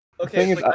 Okay